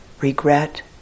regret